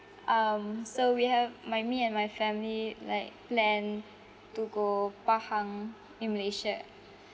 um so we have my me and my family like plan to go pahang in malaysia